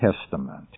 Testament